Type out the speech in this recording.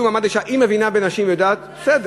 לקידום מעמד האישה מבינה בנשים ויודעת, בסדר.